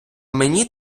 мені